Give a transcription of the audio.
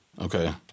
okay